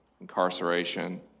incarceration